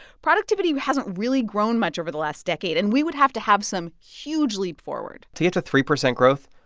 productivity hasn't really grown much over the last decade. and we would have to have some huge leap forward to get to three percent growth,